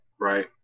right